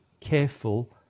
careful